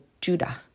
Judah